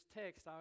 text